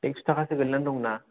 एक्स' थाखासो गोलैनानै दंना